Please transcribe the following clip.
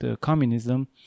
communism